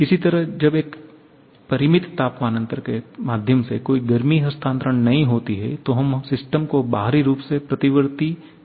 इसी तरह जब एक परिमित तापमान अंतर के माध्यम से कोई गर्मी हस्तांतरण नहीं होता है तो हम सिस्टम को बाहरी रूप से प्रतिवर्ती कहते हैं